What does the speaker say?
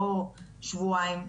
לא שבועיים,